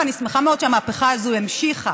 ואני שמחה מאוד שהמהפכה הזאת המשיכה.